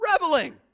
reveling